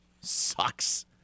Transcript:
Sucks